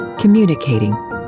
communicating